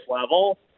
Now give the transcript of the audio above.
level